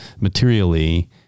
materially